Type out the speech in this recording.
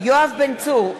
בן צור,